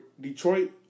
Detroit